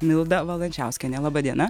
milda valančiauskienė laba diena